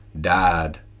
died